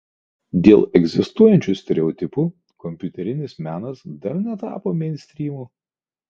dėl egzistuojančių stereotipų kompiuterinis menas dar netapo meinstrymu